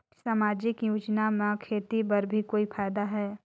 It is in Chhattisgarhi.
समाजिक योजना म खेती बर भी कोई फायदा है?